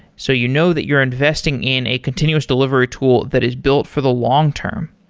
so you know that you're investing in a continuous delivery tool that is built for the long-term.